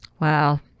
Wow